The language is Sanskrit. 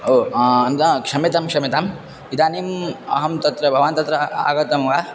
ओ क्षम्यतां क्षम्यताम् इदानीम् अहं तत्र भवान् तत्र आगतं वा